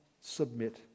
submit